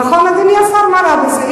נכון, אדוני השר, מה רע בזה?